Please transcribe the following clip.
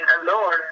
alone